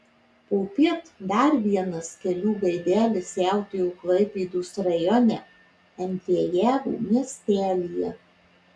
popiet dar vienas kelių gaidelis siautėjo klaipėdos rajone endriejavo miestelyje